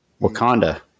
Wakanda